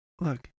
Look